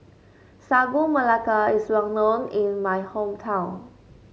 Sagu Melaka is well known in my hometown